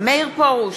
מאיר פרוש,